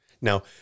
Now